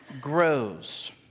grows